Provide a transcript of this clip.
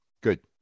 good